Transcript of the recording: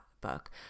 book